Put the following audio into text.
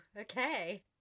okay